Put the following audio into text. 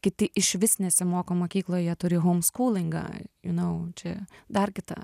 kiti išvis nesimoko mokykloj jie turi houmskūlingą you know čia dar kita